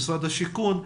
במשרד השיכון,